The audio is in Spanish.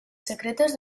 secretos